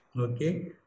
okay